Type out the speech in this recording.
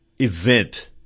event